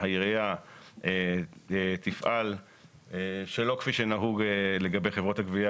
שהעירייה תפעל שלא כפי שנהוג לגבי חברות הגבייה,